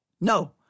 No